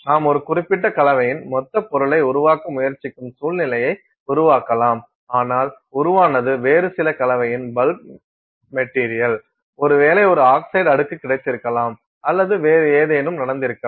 நாம் ஒரு குறிப்பிட்ட கலவையின் மொத்தப் பொருளை உருவாக்க முயற்சிக்கும் சூழ்நிலையை உருவாக்கலாம் ஆனால் உருவானது வேறு சில கலவையின் பல்க் மெட்டீரியல் ஒருவேளை ஒரு ஆக்சைடு அடுக்கு கிடைத்திருக்கலாம் அல்லது வேறு ஏதேனும் நடந்திருக்கலாம்